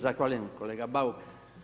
Zahvaljujem kolega Bauk.